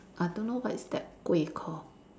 I don't know what is that kuih called